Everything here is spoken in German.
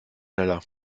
schneller